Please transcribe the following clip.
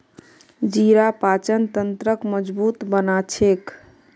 जीरा पाचन तंत्रक मजबूत बना छेक